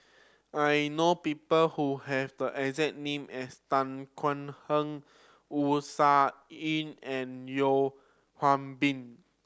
I know people who have the exact name as Tan Thuan Heng Wu Tsai Yen and Yeo Hwee Bin